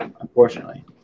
unfortunately